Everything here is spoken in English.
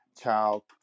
child